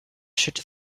should